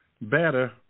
better